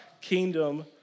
kingdom